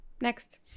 next